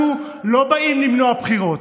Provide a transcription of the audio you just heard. אנחנו לא באים למנוע בחירות.